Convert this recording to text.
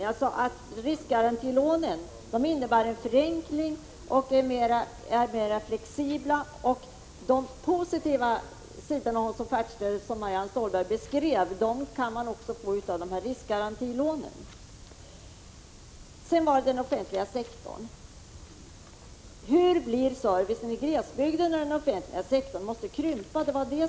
Jag sade att riskgarantilånen innebär en förenkling och är mera flexibla. De positiva sidor av offertstödet som Marianne Stålberg beskrev kan man också få av riskgarantilånen. Så några ord om den offentliga sektorn. Min fråga var: Hur blir servicen i glesbygden när den offentliga sektorn måste krympa?